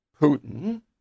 Putin